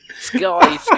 Sky